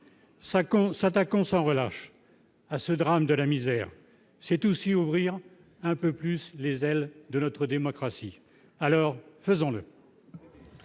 s'attaquant sans relâche à ce drame de la misère, c'est tout, si ouvrir un peu plus les ailes de notre démocratie, alors faisons-le.